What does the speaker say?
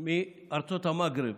מארצות המגרב,